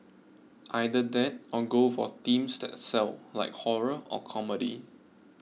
either that or go for themes that sell like horror or comedy